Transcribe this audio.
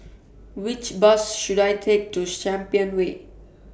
Which Bus should I Take to Champion Way